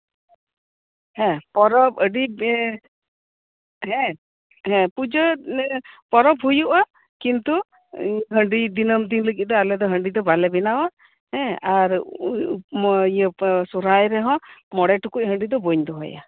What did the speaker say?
ᱦᱮᱸ ᱯᱚᱨᱚᱵ ᱟᱹᱰᱤ ᱵᱮᱥ ᱦᱮᱸ ᱦᱮᱸ ᱯᱩᱡᱟᱹ ᱞᱮ ᱯᱚᱨᱚᱵ ᱦᱩᱭᱩᱜᱼᱟ ᱠᱤᱱᱛᱩ ᱦᱟᱺᱰᱤ ᱫᱤᱱᱟᱹᱢ ᱫᱤᱱ ᱞᱟᱹᱜᱤᱫ ᱫᱚ ᱦᱟᱺᱰᱤ ᱫᱚ ᱵᱟᱞᱮ ᱵᱮᱱᱟᱣᱟ ᱦᱮᱸ ᱟᱨ ᱥᱚᱨᱦᱟᱭ ᱨᱮᱦᱚᱸ ᱢᱚᱬᱮ ᱴᱩᱠᱩᱡ ᱦᱟᱺᱰᱤ ᱫᱚ ᱵᱟᱹᱧ ᱫᱚᱦᱚᱭᱟ